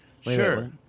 Sure